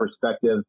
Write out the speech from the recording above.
perspective